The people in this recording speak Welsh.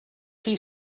chi